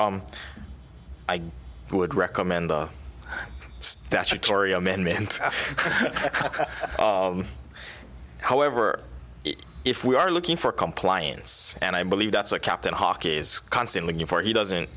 i would recommend the statutory amendment however if we are looking for compliance and i believe that's a captain hawke is constantly going for he doesn't